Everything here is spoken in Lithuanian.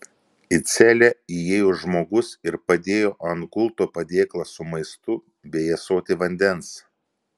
į celę įėjo žmogus ir padėjo ant gulto padėklą su maistu bei ąsotį vandens